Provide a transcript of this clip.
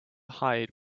hide